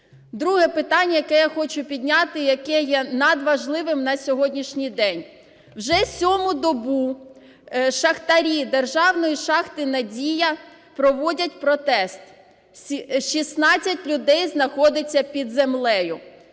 Друге питання, яке я хочу підняти, яке є надважливим на сьогоднішній день. Уже сьому добу шахтарі державної "Шахти" "Надія" проводять протест. 16 людей знаходиться під землею.